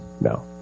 no